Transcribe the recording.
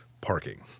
parking